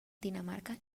dinamarca